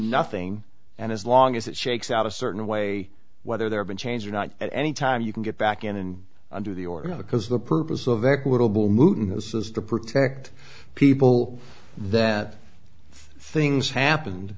nothing and as long as it shakes out a certain way whether they're been changed or not at any time you can get back in and under the or because the purpose of equitable moving this is to protect people that things happened